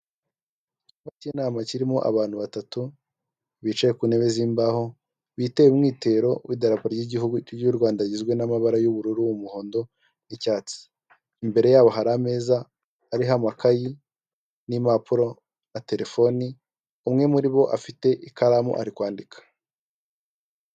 Icyumba k'inama kirimo abantu batatu bicaye ku ntebe z'imbaho biteye umwitero w'idarapo ry'igihugu ry'u Rwanda agizwe n'amabara y'ubururu n'umuhondo n'icyatsi, imbere yabo hari ameza ariho amakayi n'impapuro na terefone, umwe muri bo afite ikaramu ari kwandika.